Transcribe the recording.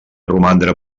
romandre